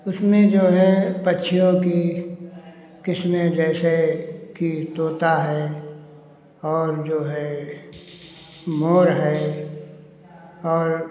उसमें जाे है पक्षियों की किस्में जैसे कि तोता है और जो है मोर है और